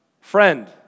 Friend